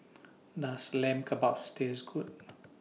Does Lamb Kebabs Taste Good